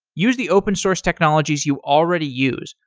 use the open source technologies you already use,